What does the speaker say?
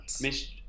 Miss